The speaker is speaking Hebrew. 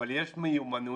אבל יש מיומנויות